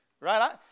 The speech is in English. right